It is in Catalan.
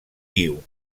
guiu